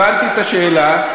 הבנתי את השאלה.